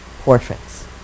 portraits